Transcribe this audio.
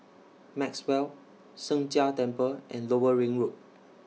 Maxwell Sheng Jia Temple and Lower Ring Road